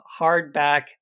hardback